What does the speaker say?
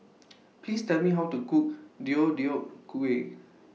Please Tell Me How to Cook Deodeok Gui